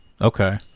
okay